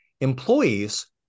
Employees